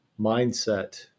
mindset